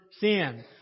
sin